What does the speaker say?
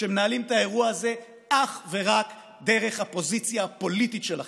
שמנהלים את האירוע הזה אך ורק דרך הפוזיציה הפוליטית שלכם.